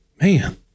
Man